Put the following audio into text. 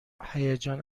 هیجان